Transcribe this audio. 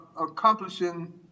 accomplishing